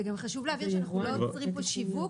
גם חשוב להבהיר שאנחנו לא עוצרים פה שיווק,